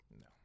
No